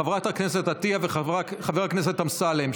חברת הכנסת עטייה וחבר הכנסת אמסלם,